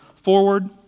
forward